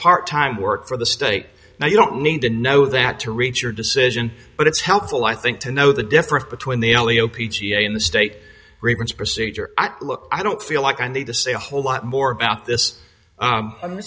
part time work for the state now you don't need to know that to reach your decision but it's helpful i think to know the difference between the only o p g in the state requests procedure look i don't feel like i need to say a whole lot more about this